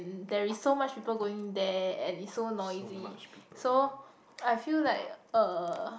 ~n there is so much people going there and is so noisy so I feel like uh